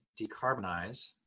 decarbonize